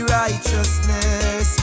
righteousness